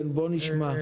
כן בוא נשמע.